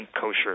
kosher